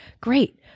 Great